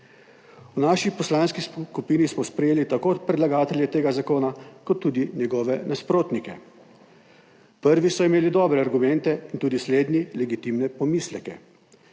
V naši poslanski skupini smo sprejeli tako predlagatelje tega zakona kot tudi njegove nasprotnike. Prvi so imeli dobre argumente in tudi slednji legitimne pomisleke.